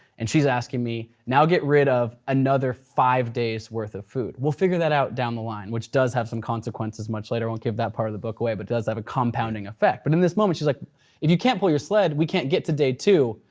and she's asking me, now get rid of another five days worth of food. we'll figure that out down the line, which does have some consequences much later. i won't give that part of the book away, but it does have a compounding effect. but in this moment, she's like if you can't pull your sled, we can't get to day two,